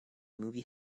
movie